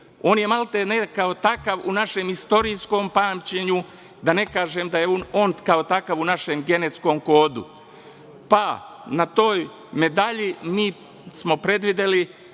On je, maltene kao takav u našem istorijskom pamćenju, da ne kažem da je on kao takav u našem genetskom kodu. Na toj medalji mi smo predvideli